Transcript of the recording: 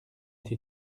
tais